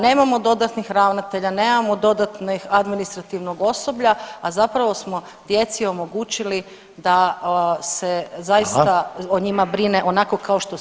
Nemamo dodatnih ravnatelja, nemamo dodatnog administrativnog osoblja, a zapravo smo djeci omogućili da se zaista o njima brine onako kao što svi to želimo.